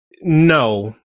no